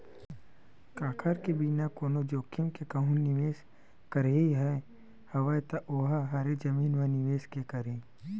काबर के बिना कोनो जोखिम के कहूँ निवेस करई ह हवय ता ओहा हरे जमीन म निवेस के करई